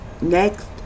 next